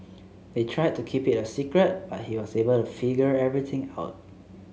they tried to keep it a secret but he was able to figure everything out